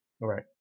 Right